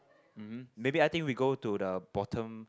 mm maybe I think we go to the bottom